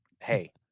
hey